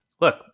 look